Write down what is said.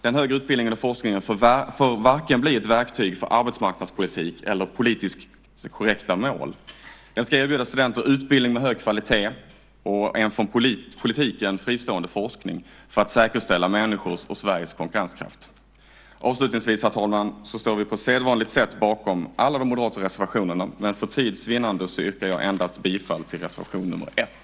Den högre utbildningen och forskningen får varken bli ett verktyg för arbetsmarknadspolitik eller för politiskt korrekta mål. Den ska erbjuda studenter utbildning av hög kvalitet och en från politiken fristående forskning för att säkerställa människors och Sveriges konkurrenskraft. Avslutningsvis, herr talman, står vi på sedvanligt sätt bakom alla de moderata reservationerna, men för tids vinnande yrkar jag bifall endast till reservation 1.